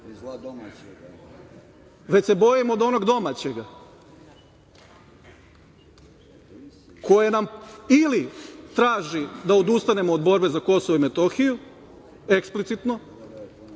već se bojim od onog domaćeg, koji nam ili traži da odustanemo od borbe za Kosovo i Metohiju, eksplicitno,